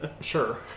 Sure